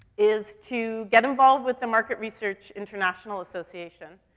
is to get involved with the market research international association.